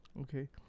Okay